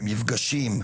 במפגשים,